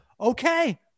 Okay